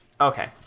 okay